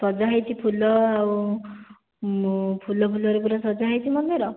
ସଜା ହୋଇଛି ଫୁଲ ଆଉ ଫୁଲ ଫୁଲରେ ପୂରା ସଜା ହୋଇଛି ମନ୍ଦିର